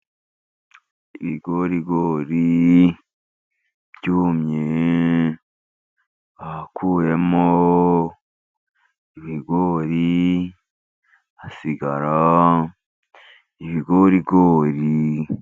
Ibigorigori byumye bakuyemo ibigori , hasigara ibigorigori.